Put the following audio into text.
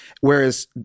Whereas